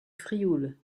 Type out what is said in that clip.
frioul